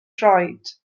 droed